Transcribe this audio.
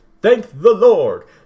thank-the-lord